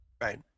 Right